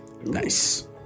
Nice